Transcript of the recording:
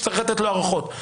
שצריך לתת לו הארכות.